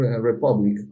Republic